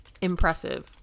impressive